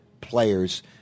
players